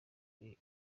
ibi